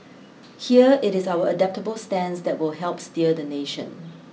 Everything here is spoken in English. here it is our adaptable stance that will help steer the nation